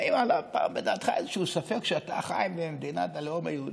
האם עלה פעם בדעתך איזשהו ספק שאתה חי במדינת הלאום היהודי?